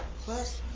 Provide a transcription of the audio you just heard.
plus,